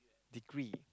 degree